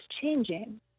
changing